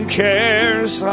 cares